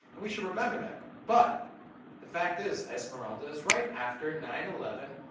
and we should remember that. but the fact is, esmeralda is right. after nine eleven,